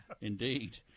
indeed